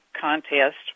contest